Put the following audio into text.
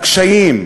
לקשיים.